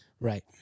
Right